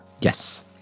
Yes